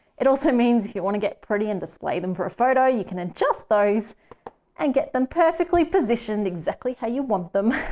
it also means you want to get pretty and display them for a photo. you can adjust those and get them perfectly positioned how you want them.